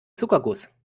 zuckerguss